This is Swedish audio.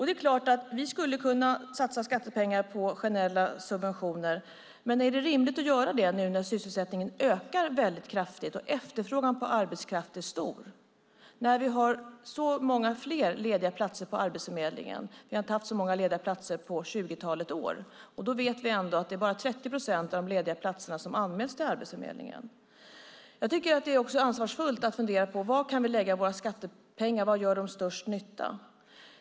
Det är klart att vi skulle kunna satsa skattepengar på generella subventioner. Men är det rimligt att göra det nu när sysselsättningen ökar väldigt kraftigt och efterfrågan på arbetskraft är stor, när vi har så många fler lediga platser på Arbetsförmedlingen? Vi har inte haft så många lediga platser på 20-talet år. Då vet vi ändå att det är bara 30 procent av de lediga platserna som anmäls till Arbetsförmedlingen. Jag tycker att det är ansvarsfullt att fundera på vad vi kan lägga våra skattepengar på, var de gör störst nytta.